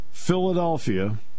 Philadelphia